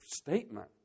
statement